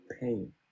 pain